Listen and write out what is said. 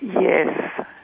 Yes